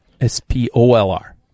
S-P-O-L-R